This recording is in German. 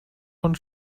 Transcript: von